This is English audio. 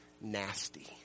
nasty